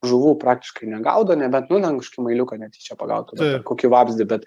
žuvų praktiškai negaudo nebent nu ten kažkokį muiliuką netyčia pagautų kokį vabzdį bet